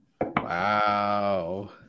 Wow